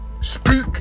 Speak